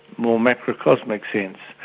more macrocosmic sense.